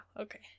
okay